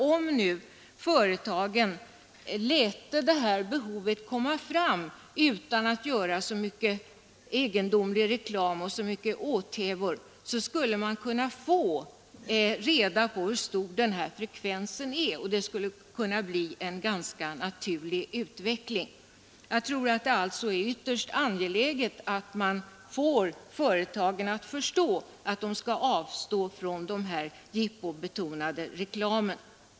Om affärsföretagen tillfredsställde dessa människors behov utan att därför göra så mycken egendomlig reklam, så kunde man få reda på hur stort det egentliga behovet är och därmed få en ganska naturlig utveckling. Jag tror därför att det är ytterst angeläget att man försöker få företagen att förstå att de skall avstå från den jippobetonade reklamen.